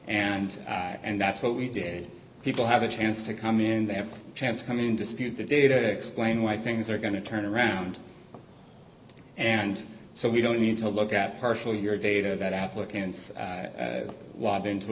and and that's what we did people have a chance to come in they have a chance to come in dispute the data and explain why things are going to turn around and so we don't need to look at partial your data that applicants walked into